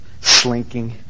slinking